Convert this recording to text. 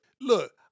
look